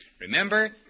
remember